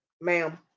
ma'am